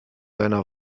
einer